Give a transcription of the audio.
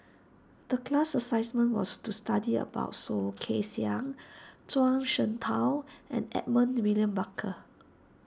the class assessment was to study about Soh Kay Siang Zhuang Shengtao and Edmund William Barker